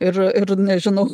ir ir nežinau